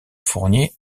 fournier